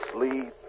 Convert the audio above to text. Sleep